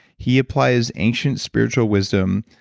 he applies ancient spiritual wisdom,